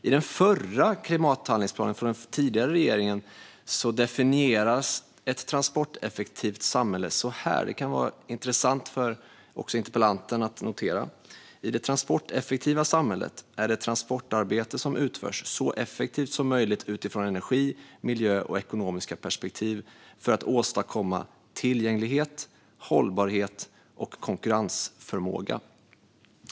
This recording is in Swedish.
I den förra klimathandlingsplanen, från den tidigare regeringen, definierades ett transporteffektivt samhälle på följande sätt, vilket kan vara intressant för interpellanten att notera: I det transporteffektiva samhället är det transportarbete som utförs så effektivt som möjligt utifrån energi, miljö och ekonomiska perspektiv för att åstadkomma tillgänglighet, hållbarhet och konkurrensförmåga.